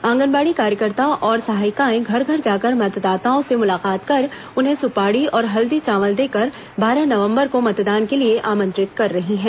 आंगनबाड़ी कार्यकर्ता और सहायिकाएं घर घर जाकर मतदाताओं से मुलाकात कर उन्हें सुपाड़ी और हल्दी चावल देकर बारह नवम्बर को मतदान के लिए आमंत्रित कर रही हैं